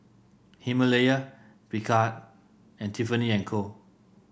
Himalaya Picard and Tiffany And Co